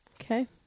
Okay